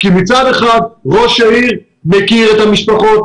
זה קורה כי מצד אחד ראש העיר מכיר את המשפחות,